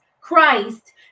Christ